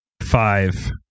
five